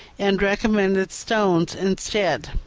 and recommended stones instead.